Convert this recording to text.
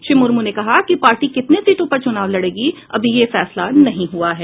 श्री मूर्म ने कहा कि पार्टी कितने सीटों पर चुनाव लड़ेगी अभी यह फैसला नहीं हुआ है